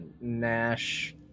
Nash